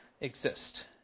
exist